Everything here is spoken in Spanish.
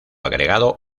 agregado